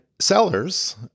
sellers